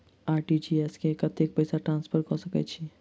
RTGS मे कतेक पैसा ट्रान्सफर कऽ सकैत छी?